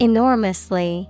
Enormously